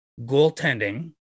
goaltending